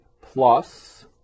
Plus